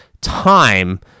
time